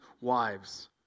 wives